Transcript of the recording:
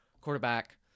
quarterback